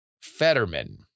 Fetterman